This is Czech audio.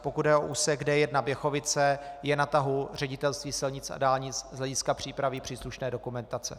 Pokud jde o úsek D1 Běchovice, je na tahu Ředitelství silnic a dálnic z hlediska přípravy příslušné dokumentace.